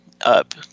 up